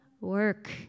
work